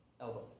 elbow